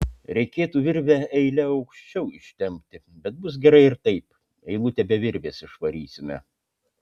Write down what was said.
reikėtų virvę eile aukščiau ištempti bet bus gerai ir taip eilutę be virvės išvarysime